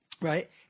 Right